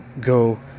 go